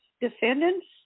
defendants